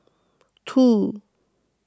two